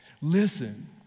Listen